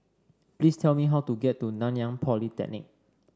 please tell me how to get to Nanyang Polytechnic